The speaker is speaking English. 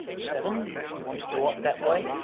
seven if you wanted to opt that way.